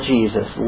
Jesus